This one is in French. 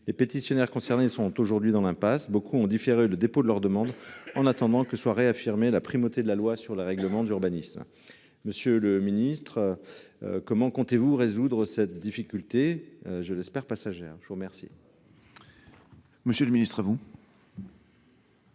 Les pétitionnaires concernés sont aujourd’hui dans l’impasse. Beaucoup ont différé le dépôt de leur demande en attendant que soit réaffirmée la primauté de la loi sur les règlements d’urbanisme. Monsieur le ministre, comment comptez vous résoudre cette difficulté, que j’espère passagère ? La parole est à M. le ministre.